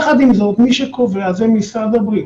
יחד עם זאת, מי שקובע זה משרד הבריאות.